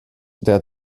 der